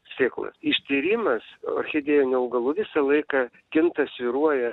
sėklas ištyrimas orchidėjinių augalų visą laiką kinta svyruoja